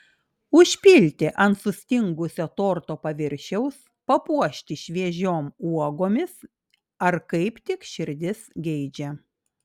užpilti ant sustingusio torto paviršiaus papuošti šviežiom uogomis ar kaip tik širdis geidžia